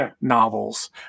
novels